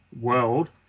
world